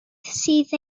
sydd